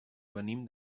venim